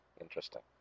Interesting